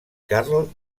karl